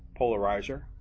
polarizer